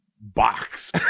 box